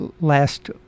last